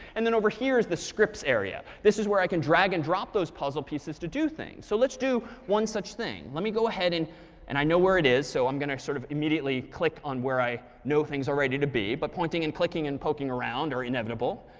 and then over here is the scripts area. this is where i can drag and drop those puzzle pieces to do things. so let's do one such thing. let me go ahead and and i know where it is. so i'm going to sort of immediately click on where i know things are ready to be, but pointing and clicking and poking around are inevitable.